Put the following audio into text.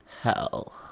Hell